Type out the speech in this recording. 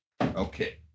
Okay